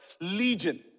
legion